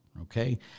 okay